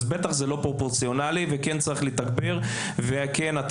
אז בטח זה לא פרופורציונלי וכן צריך לתגבר וכן אתה